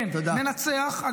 כן, ננצח.